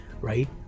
Right